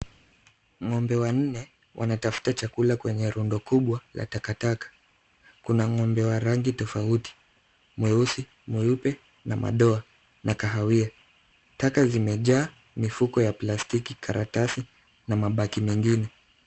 Ng'ombe wanne wanatafuta chakula kwenye rundo kubwa la takataka. Kuna ng'ombe wa rangi tofauti, mweusi, mweupe na madoa na kahawia. Taka zimejaa mifuko ya plastiki, karatasi na mabaki mengine.